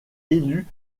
élu